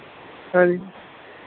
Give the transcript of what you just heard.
ਹਾਂਜੀ